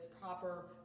proper